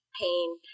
Pain